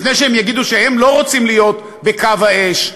לפני שהם יגידו שהם לא רוצים להיות בקו האש,